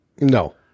No